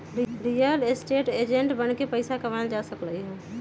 real estate agent बनके पइसा कमाएल जा सकलई ह